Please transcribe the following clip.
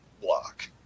block